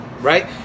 Right